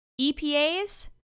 EPAs